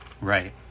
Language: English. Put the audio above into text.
right